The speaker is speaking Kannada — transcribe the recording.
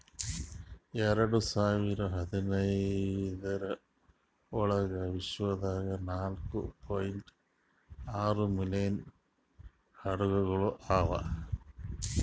ಎರಡು ಸಾವಿರ ಹದಿನಾರರ ಒಳಗ್ ವಿಶ್ವದಾಗ್ ನಾಲ್ಕೂ ಪಾಯಿಂಟ್ ಆರೂ ಮಿಲಿಯನ್ ಹಡಗುಗೊಳ್ ಅವಾ